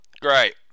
great